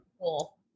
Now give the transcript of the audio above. cool